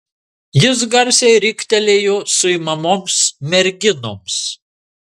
jis garsiai riktelėjo suimamoms merginoms